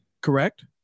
correct